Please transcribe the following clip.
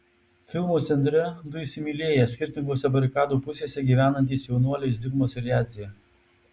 filmo centre du įsimylėję skirtingose barikadų pusėse gyvenantys jaunuoliai zigmas ir jadzė